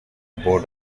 board